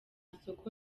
soko